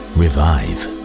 revive